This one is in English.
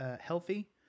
healthy